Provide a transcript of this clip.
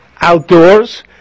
outdoors